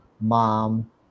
mom